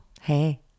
Hey